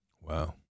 Wow